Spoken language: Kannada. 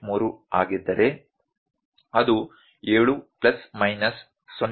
3 ಆಗಿದ್ದರೆ ಅದು 7 ಪ್ಲಸ್ ಮೈನಸ್ 0